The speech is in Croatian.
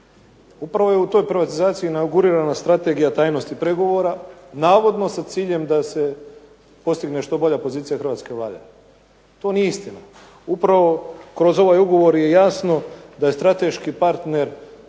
Upravo je u toj privatizaciji inaugurirana strategija tajnosti pregovora navodno sa ciljem da se postigne što bolja pozicija hrvatske Vlade. To nije istina. Upravo kroz ovaj ugovor je jasno da je strateški partner sa